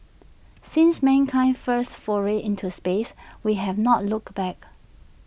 since mankind's first foray into space we have not looked back